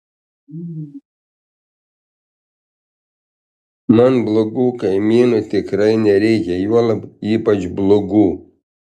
man blogų kaimynų tikrai nereikia juolab ypač blogų